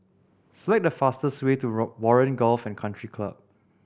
select the fastest way to Warren Golf and Country Club